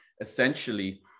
essentially